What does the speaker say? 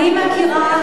ואני מכיר את המציאות.